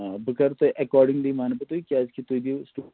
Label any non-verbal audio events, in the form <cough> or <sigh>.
آ بہٕ کَرٕ تۄہہِ اٮ۪کاڈِنٛگلی وَنہٕ بہٕ تۄہہِ کیٛازِکہِ تُہۍ <unintelligible>